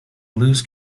blues